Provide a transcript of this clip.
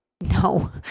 No